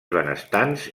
benestants